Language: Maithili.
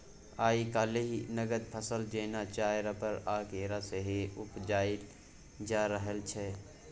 आइ काल्हि नगद फसल जेना चाय, रबर आ केरा सेहो उपजाएल जा रहल छै